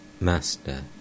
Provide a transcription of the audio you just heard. Master